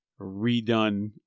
redone